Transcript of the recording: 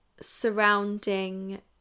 surrounding